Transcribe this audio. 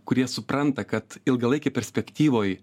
kurie supranta kad ilgalaikėj perspektyvoj